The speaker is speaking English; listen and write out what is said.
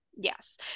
Yes